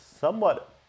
somewhat